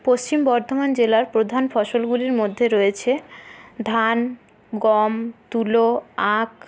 পশ্চিম বর্ধমান জেলার প্রধান ফসলগুলির মধ্যে রয়েছে ধান গম তুলো আখ